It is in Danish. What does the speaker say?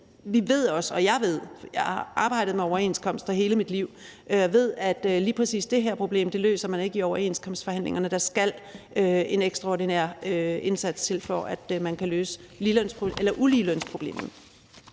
jeg ved det, for jeg har arbejdet med overenskomster hele mit liv – at lige præcis det her problem løser man ikke i overenskomstforhandlingerne. Der skal en ekstraordinær indsats til, for at man kan løse uligelønsproblemet.